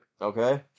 Okay